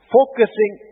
Focusing